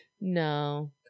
No